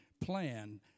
plan